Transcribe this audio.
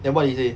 then what he say